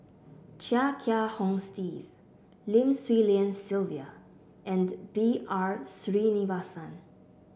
Chia Kiah Hong Steve Lim Swee Lian Sylvia and B R Sreenivasan